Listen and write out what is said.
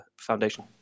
foundation